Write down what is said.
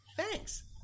thanks